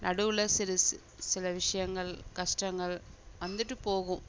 நடுவில் சிறு ஸ் சில விஷயங்கள் கஷ்டங்கள் வந்துவிட்டு போகும்